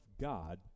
God